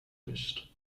nicht